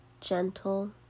gentle